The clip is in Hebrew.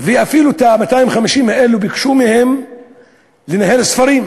ואפילו מה-250 האלה ביקשו גם לנהל ספרים.